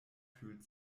fühlt